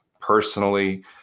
personally